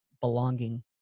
belonging